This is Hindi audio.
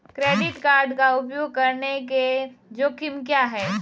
क्रेडिट कार्ड का उपयोग करने के जोखिम क्या हैं?